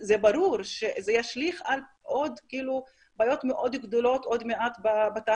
זה ברור שזה ישליך על עוד בעיות מאוד גדולות בתעסוקה,